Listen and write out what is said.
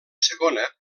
segona